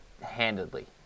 handedly